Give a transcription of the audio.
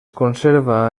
conserva